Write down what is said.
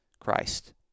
Christ